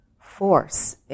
force